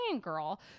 girl